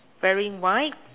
wearing white